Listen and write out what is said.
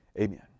Amen